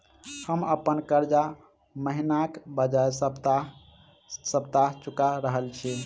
हम अप्पन कर्जा महिनाक बजाय सप्ताह सप्ताह चुका रहल छि